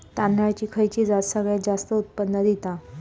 तांदळाची खयची जात सगळयात जास्त उत्पन्न दिता?